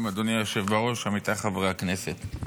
השרים, אדוני היושב בראש, עמיתיי חברי הכנסת,